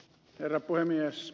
herra puhemies